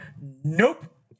nope